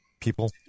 people